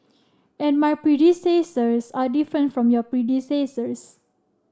and my predecessors are different from your predecessors